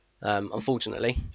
Unfortunately